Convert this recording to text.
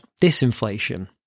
disinflation